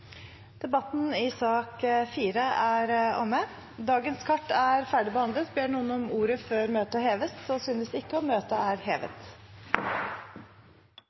Debatten i sak nr. 4 er omme. Dagens kart er ferdigbehandlet. Ber noen om ordet før møtet heves? – Så synes ikke, og møtet er hevet.